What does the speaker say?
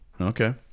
Okay